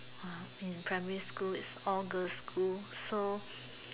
in primary it's all girls school so